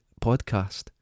podcast